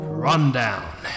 Rundown